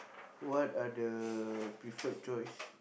what are the preferred choice